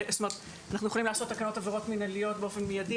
אנחנו יכולים לעשות תקנות עבירות מנהליות באופן מנהלי,